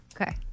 Okay